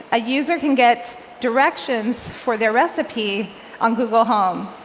a user can get directions for their recipe on google home.